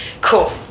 cool